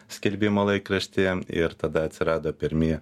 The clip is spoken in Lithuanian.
skelbimo laikraštyje ir tada atsirado pirmi